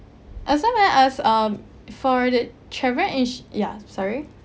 oh so may I ask um for the travel insu~ ya sorry